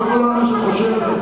לא כולם מה שאת חושבת.